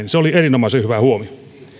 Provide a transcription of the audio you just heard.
se oli erinomaisen hyvä huomio